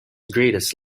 greatest